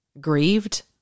Grieved